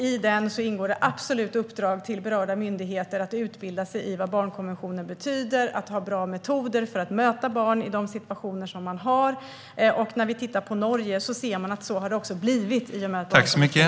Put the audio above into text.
I förslaget ingår ett absolut uppdrag till berörda myndigheter att utbilda sig i vad barnkonventionen betyder och att finna bra metoder för att möta barn i förhörssituationer.